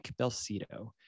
Belsito